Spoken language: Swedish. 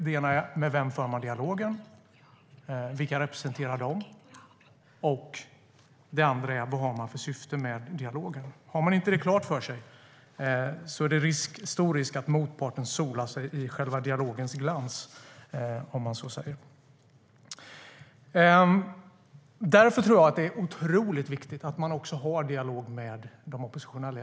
Den ena är vem man för dialogen med och vilka de representerar, och den andra är vad man har för syfte med dialogen. Om man inte har detta klart för sig är det stor risk att motparten solar sig i själva dialogens glans, om man så säger. Jag tror därför att det är otroligt viktigt att man också har en dialog med de oppositionella.